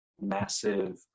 massive